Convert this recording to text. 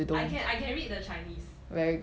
I can I can read the chinese